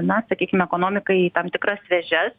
na sakykim ekonomikai į tam tikras vėžes